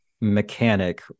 mechanic